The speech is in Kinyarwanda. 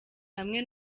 hamwe